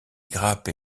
grappes